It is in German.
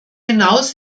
hinaus